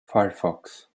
firefox